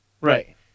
Right